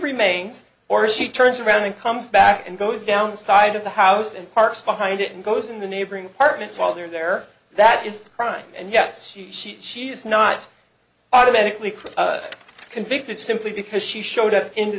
remains or she turns around and comes back and goes down the side of the house and parks behind it and goes in the neighboring apartments while they're there that is the crime and yes she she she is not automatically chris convicted simply because she showed up into